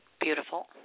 Beautiful